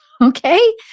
Okay